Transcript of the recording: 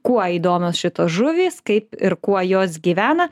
kuo įdomios šitos žuvys kaip ir kuo jos gyvena